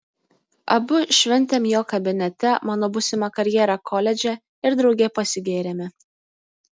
abu šventėm jo kabinete mano būsimą karjerą koledže ir drauge pasigėrėme